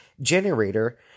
generator